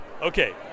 Okay